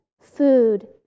food